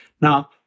now